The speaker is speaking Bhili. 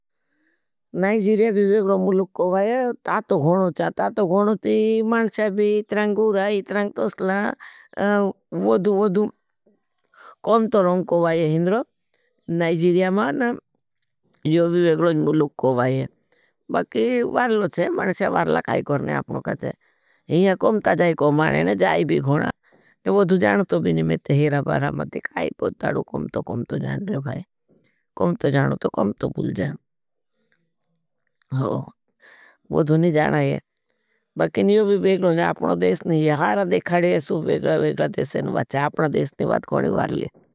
नाइजीरिया विवेग्रों मुलुग को बाए, ता तो गोनो चा, ता तो गोनो ती मानश्या भी इत्रांगूर, इत्रांगतस्ला, वदु वदु कम तो रौंग को बाए हिंद्रो, नाइजीरिया मां न यो विवेग्रों मुलुग को बाए है। बकि वरलो चे, मानश्या वरल काई करनेश आपनो का ज। इ्हींर मनुजोचक मरभूलनेश जानता लिए वदु जाणप भी नहीं। तो कउमतल जाणेश। वदु नहीं जाना गोलो बकिन रूना पर ओप्र है अपनो सांपतम्यना अपना देशने बात कोड़े वाले।